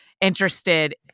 interested